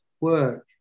work